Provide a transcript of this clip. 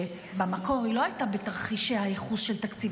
שבמקור היא לא הייתה בתרחישי הייחוס של תקציב